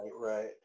right